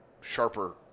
sharper